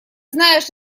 знаешь